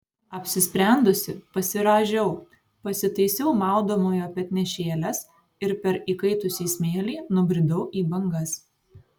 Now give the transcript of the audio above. apsisprendusi pasirąžiau pasitaisiau maudomojo petnešėles ir per įkaitusį smėlį nubridau į bangas